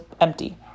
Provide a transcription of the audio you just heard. empty